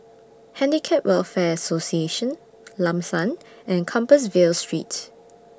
Handicap Welfare Association Lam San and Compassvale Street